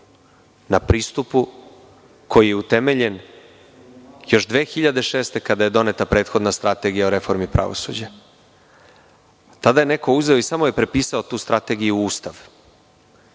na pristupu koji je utemeljen još 2006. godine, kada je doneta prethodna Strategija o reformi pravosuđa. Tada je neko uzeo i samo prepisao tu strategiju u Ustav